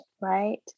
right